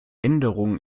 änderungen